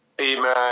Amen